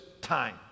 time